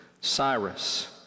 Cyrus